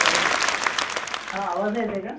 hello हा आवाज नाही येत आहे का